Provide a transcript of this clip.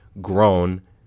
grown